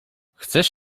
chcesz